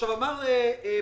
אמר פרופ'